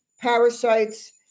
parasites